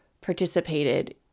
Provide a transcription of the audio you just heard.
participated